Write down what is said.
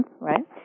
right